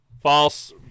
false